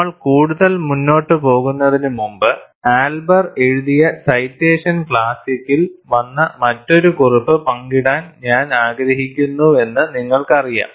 നമ്മൾ കൂടുതൽ മുന്നോട്ട് പോകുന്നതിനുമുമ്പ് എൽബർ എഴുതിയ സൈറ്റേഷൻ ക്ലാസിക്കിൽ വന്ന മറ്റൊരു കുറിപ്പ് പങ്കിടാൻ ഞാൻ ആഗ്രഹിക്കുന്നുവെന്ന് നിങ്ങൾക്കറിയാം